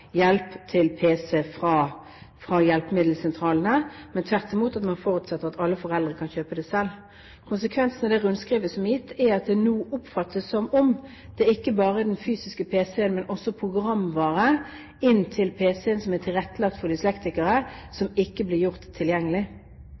hjelp til pc fra hjelpemiddelsentralene, men tvert imot forutsetter man at alle foreldre kan kjøpe det selv. Konsekvensene av det rundskrivet som gikk ut, er at det nå oppfattes som at det ikke bare er den fysiske pc-en som ikke blir gjort tilgjengelig, men også programvare til pc-en som er tilrettelagt for